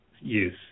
use